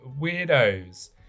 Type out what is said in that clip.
weirdos